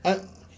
and